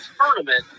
tournament